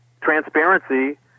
transparency